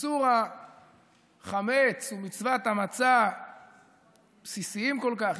איסור החמץ ומצוות המצה בסיסיים כל כך,